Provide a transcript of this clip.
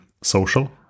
social